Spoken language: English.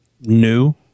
new